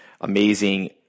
amazing